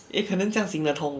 err 可能这样行得通 !whoa!